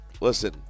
listen